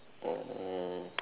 oh